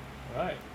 alright